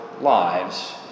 lives